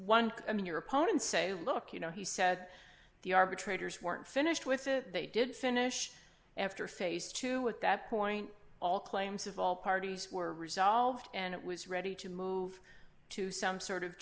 of your opponents say look you know he said the arbitrators weren't finished with it they did finish after phase two at that point all claims of all parties were resolved and it was ready to move to some sort of